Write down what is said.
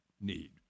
need